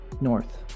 North